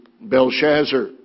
Belshazzar